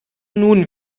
nun